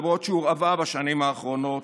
למרות שהורעבה בשנים האחרונות,